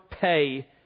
pay